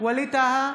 ווליד טאהא,